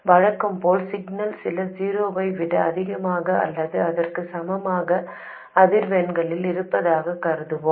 வழக்கம் போல் சிக்னல் சில 0 ஐ விட அதிகமாக அல்லது அதற்கு சமமான அதிர்வெண்ணில் இருப்பதாகக் கருதுவோம்